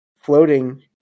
floating